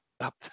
up